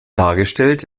dargestellt